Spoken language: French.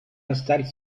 installe